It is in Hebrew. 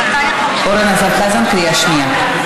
אורן אסף חזן, קריאה שנייה.